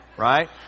right